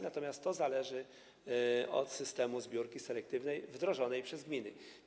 Natomiast to zależy od systemu zbiórki selektywnej wdrożonego przez gminy.